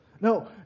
No